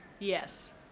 Yes